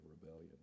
rebellion